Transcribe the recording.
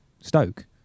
Stoke